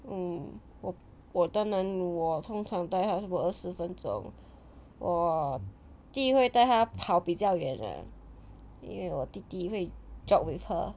mm 我我都能我通常带它差不多二十分钟我弟会带它跑比较远 ah 因为我弟弟会 jog with her